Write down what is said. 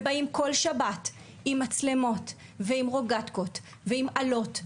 ובאים כל שבת עם מצלמות ועם רוגטקות ועם אלות,